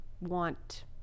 want